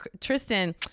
Tristan